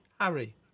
Harry